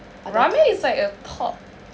ramen is like a top